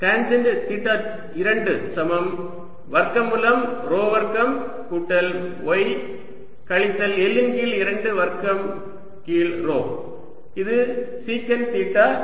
tangent theta 2 சமம் வர்க்கமூலம் ρ வர்க்கம் கூட்டல் y கழித்தல் L இன் கீழ் 2 வர்க்கம் கீழ் ρ இது சீகண்ட் தீட்டா 2